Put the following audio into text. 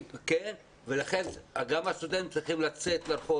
לכן גם הסטודנטים צריכים לצאת לרחוק